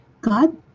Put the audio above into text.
god